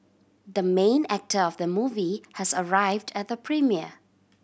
the main actor of the movie has arrived at the premiere